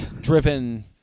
driven